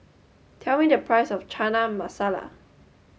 tell me the price of Chana Masala